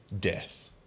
death